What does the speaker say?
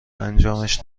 انجامش